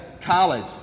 college